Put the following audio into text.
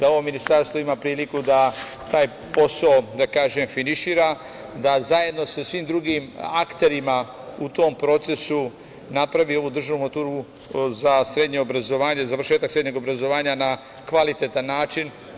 Ovo ministarstvo ima priliku da taj posao finišira, da zajedno sa svim drugim akterima u tom procesu napravi ovu državnu maturu za srednje obrazovanje, završetak srednjeg obrazovanja na kvalitetan način.